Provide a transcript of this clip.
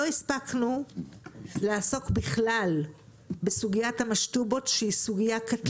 לא הספקנו לעסוק בכלל בסוגיית המשטובות שהיא סוגיה קטלנית.